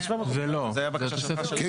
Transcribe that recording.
זה היה בקשה שלך --- זה לא.